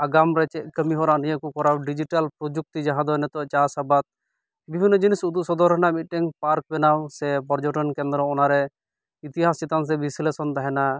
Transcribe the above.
ᱟᱜᱟᱢ ᱨᱮ ᱪᱮᱫ ᱠᱟᱹᱢᱤ ᱦᱚᱨᱟ ᱱᱤᱭᱟᱹ ᱠᱚ ᱠᱚᱨᱟᱣ ᱰᱤᱡᱤᱴᱟᱞ ᱯᱨᱚᱡᱩᱠᱛᱤ ᱡᱟᱦᱟᱫᱚ ᱱᱤᱛᱚᱜ ᱪᱟᱥ ᱟᱵᱟᱫᱽ ᱵᱤᱵᱷᱤᱱᱱᱚ ᱡᱤᱱᱤᱥ ᱩᱫᱩᱜ ᱥᱚᱫᱚᱨ ᱨᱮᱱᱟᱜ ᱢᱤᱫᱴᱮᱱ ᱯᱨᱟᱠ ᱵᱮᱱᱟᱣ ᱥᱮ ᱯᱚᱨᱡᱚᱴᱚᱱ ᱠᱮᱱᱫᱨᱚ ᱚᱱᱟᱨᱮ ᱤᱛᱤᱦᱟᱥ ᱪᱮᱛᱟᱱ ᱥᱮ ᱵᱤᱥᱞᱮᱥᱚᱱ ᱛᱟᱦᱮᱱᱟ